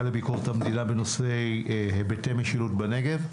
לביקורת המדינה בנושא היבטי משילות בנגב.